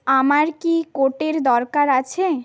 আমার কি কোটের দরকার আছে